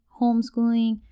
homeschooling